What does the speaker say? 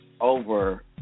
over